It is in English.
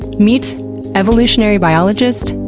meet evolutionary biologist,